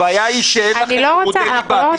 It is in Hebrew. הבעיה שאין לכם רוב.